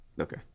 Okay